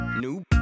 new